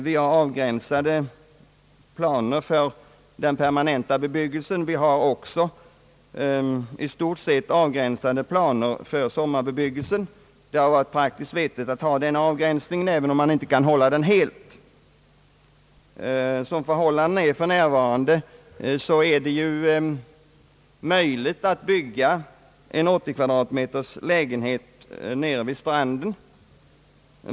Vi har avgränsade planer för den permanenta bebyggelsen och även i stort sett avgränsade planer för sommarbebyggelsen. Det har varit praktiskt vettigt att ha sådan avgränsning, även om det inte går att hålla den helt. Som förhållandena är för närvarande är det möjligt att bygga en 80 kvadratmeters lägenhet nere vid stranden.